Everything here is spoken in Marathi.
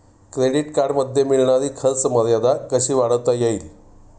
क्रेडिट कार्डमध्ये मिळणारी खर्च मर्यादा कशी वाढवता येईल?